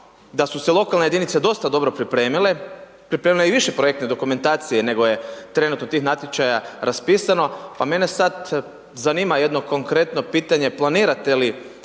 da su se lokalne jedinice dosta dobro pripremile, pripremile i više projektne dokumentacije nego je trenutno tih natječaja raspisano. Pa mene sad zanima jedno konkretno pitanje planirate li